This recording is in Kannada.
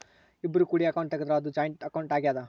ಇಬ್ರು ಕೂಡಿ ಅಕೌಂಟ್ ತೆಗುದ್ರ ಅದು ಜಾಯಿಂಟ್ ಅಕೌಂಟ್ ಆಗ್ಯಾದ